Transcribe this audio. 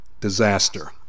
disaster